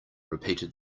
repeated